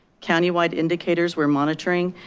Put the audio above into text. countywide indicators we're monitoring,